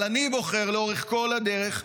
אבל אני בוחר לאורך כל הדרך,